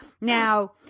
now